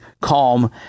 calm